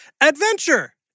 adventure